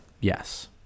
Yes